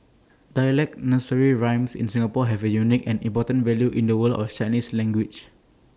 dialect nursery rhymes in Singapore have A unique and important value in the world of Chinese language